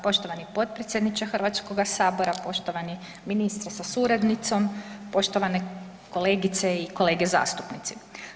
Poštovani potpredsjedniče Hrvatskoga sabora, poštovani ministre sa suradnicom, poštovane kolegice i kolege zastupnici.